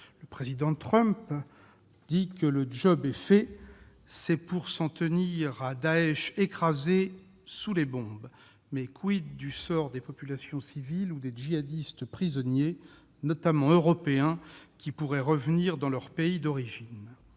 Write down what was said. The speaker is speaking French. le président Trump dit que « le job est fait », il s'en tient à Daech écrasé sous les bombes. Mais quid du sort des populations civiles ou des djihadistes prisonniers, notamment européens, qui pourraient revenir dans leurs pays d'origine ?